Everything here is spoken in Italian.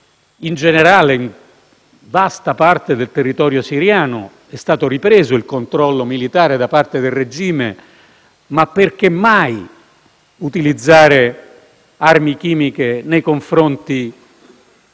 in generale, in vasta parte del territorio siriano era stato ripreso il controllo militare da parte del regime, ad utilizzare armi chimiche nei confronti